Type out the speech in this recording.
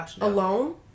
alone